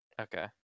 Okay